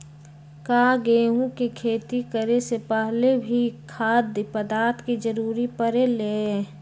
का गेहूं के खेती करे से पहले भी खाद्य पदार्थ के जरूरी परे ले?